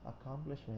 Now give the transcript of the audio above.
accomplishment